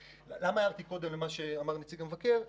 למה הערתי קודם למה שאמר נציג המבקר?